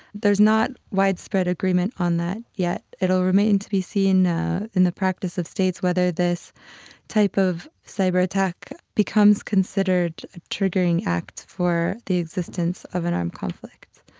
there's not widespread agreement on that yet. it will remain to be seen in the practice of states whether this type of cyber-attack becomes considered a triggering act for the existence of an armed conflict.